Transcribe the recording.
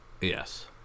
yes